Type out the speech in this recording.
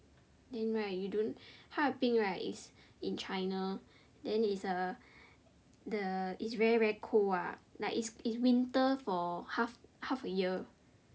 then right you know 哈尔滨 right is in China then it's a the it's very very cold ah like it's it's winter for half half a year